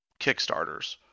Kickstarters